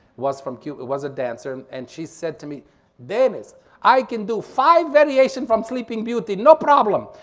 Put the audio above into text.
was from cuba. was a dancer and she said to me dennis i can do five variation from sleeping beauty no problem.